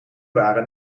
waren